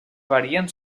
varien